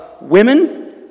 women